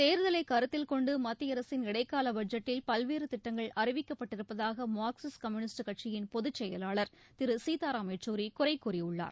தேர்தலை கருத்தில் கொண்டு மத்திய அரசின் இடைக்கால பட்ஜெட்டில் பல்வேறு திட்டங்கள் அறிவிக்கப்பட்டிருப்பதாக மார்க்சிஸ்ட் கம்யூனிஸ்ட் கட்சியின் பொதுச் செயலாளர் திரு சீதாராம் யெச்சூரி குறைகூறியுள்ளார்